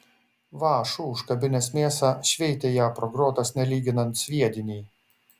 vąšu užkabinęs mėsą šveitė ją pro grotas nelyginant sviedinį